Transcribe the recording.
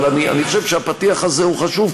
אבל אני חושב שהפתיח הזה הוא חשוב,